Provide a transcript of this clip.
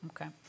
Okay